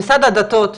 משרד הדתות,